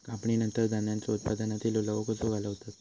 कापणीनंतर धान्यांचो उत्पादनातील ओलावो कसो घालवतत?